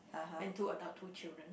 rent two adult two children